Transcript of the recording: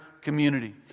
community